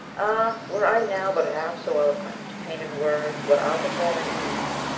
ah, were i now but half so eloquent to paint in words what i'll perform in deeds,